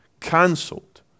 Cancelled